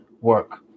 work